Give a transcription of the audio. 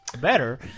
better